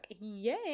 yay